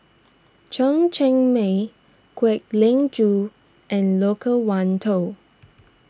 Chen Cheng Mei Kwek Leng Joo and Loke Wan Tho